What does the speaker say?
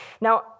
Now